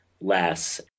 less